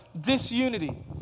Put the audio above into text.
disunity